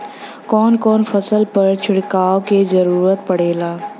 कवन कवन फसल पर छिड़काव के जरूरत पड़ेला?